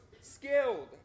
skilled